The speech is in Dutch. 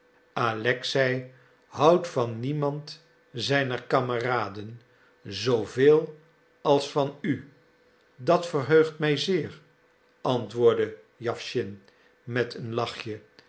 alexei houdt van niemand zijner kameraden zooveel als van u dat verheugt mij zeer antwoordde jawschin met een lachje